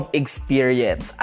experience